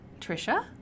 Trisha